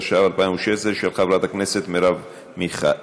התשע"ו 2016, של חברת הכנסת מרב מיכאלי.